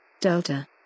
Delta